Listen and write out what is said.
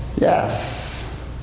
yes